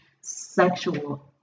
sexual